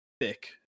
thick